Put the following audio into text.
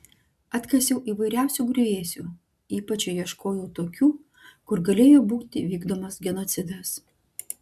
atkasiau įvairiausių griuvėsių ypač ieškojau tokių kur galėjo būti vykdomas genocidas